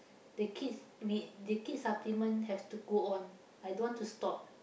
the kids may the kids supplement have to go on I don't want to stop